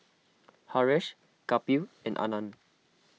Haresh Kapil and Anand